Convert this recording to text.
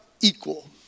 equal